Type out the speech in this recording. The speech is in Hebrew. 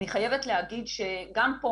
אני חייבת להגיד שגם פה,